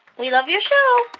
we love your show